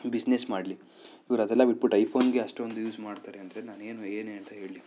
business ಮಾಡಲಿ ಇವ್ರು ಅದೆಲ್ಲ ಬಿಟ್ಬಿಟ್ಟು ಐಫೋನ್ಗೆ ಅಷ್ಟೊಂದು ಯೂಸ್ ಮಾಡ್ತಾರೆ ಅಂದರೆ ನಾನು ಏನು ಏನು ಅಂತ ಹೇಳಲಿ